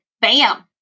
Bam